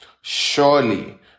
Surely